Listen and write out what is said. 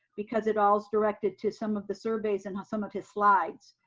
because it um was directed to some of the surveys and some of his slides.